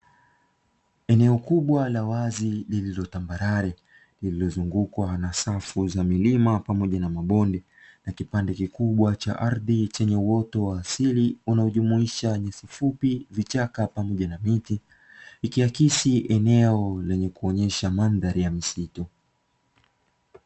eneo kubwa la wazi lililo tambarare lililozungukwa na safu za milima pamoja na mabonde na kipande kikubwa cha ardhi chenye uoto wa asili, unaojumuisha nyasi fupi, vichaka na pamoja na miti ikiakisi eneo lenye kuonyesha mandhari ya misitu.